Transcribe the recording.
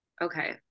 Okay